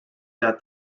that